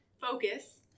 focus